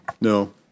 No